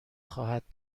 خواهد